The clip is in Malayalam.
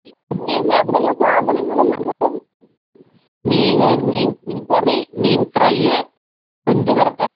പിന്നെ അവിടെയുള്ള സാധനങ്ങൾ ഞങ്ങൾക്ക് മീൻ മീൻകറി മീൻ ഫ്രൈയ് കൊഞ്ച് വറുത്തത്